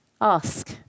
ask